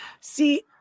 See